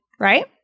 right